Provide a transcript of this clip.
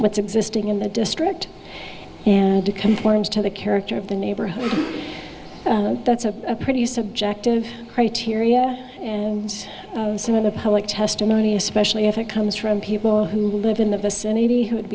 what's existing in the district and to conform to the character of the neighborhood that's a pretty subjective criteria some of the public testimony especially if it comes from people who live in the vicinity who would